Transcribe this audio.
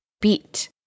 beat